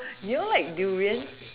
you all like durian